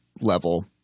level